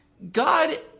God